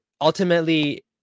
ultimately